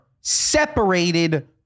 separated